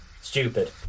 Stupid